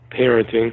parenting